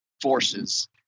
forces